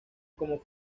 como